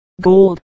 gold